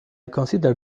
consider